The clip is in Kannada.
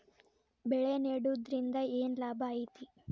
ಬೆಳೆ ನೆಡುದ್ರಿಂದ ಏನ್ ಲಾಭ ಐತಿ?